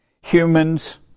humans